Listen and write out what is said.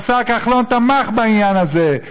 והשר כחלון תמך בעניין הזה,